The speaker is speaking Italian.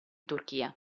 turchia